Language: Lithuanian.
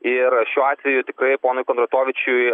ir šiuo atveju tikrai ponui kondratovičiui